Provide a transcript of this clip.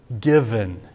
given